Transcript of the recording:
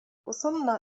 وصلنا